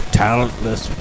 talentless